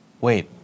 Wait